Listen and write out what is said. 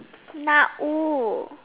Na U